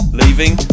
leaving